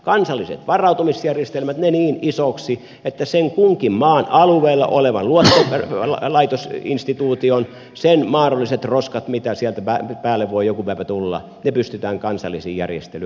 kansalliset varautumisjärjestelmät niin isoiksi että kunkin maan alueella olevan luottolaitosinstituution mahdolliset roskat mitä sieltä päälle voi joku päivä tulla pystytään kansallisin järjestelyin hoitamaan